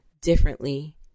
differently